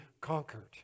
conquered—